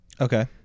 okay